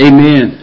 Amen